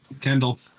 Kendall